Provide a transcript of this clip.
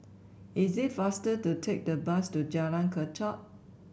is it faster to take the bus to Jalan Kechot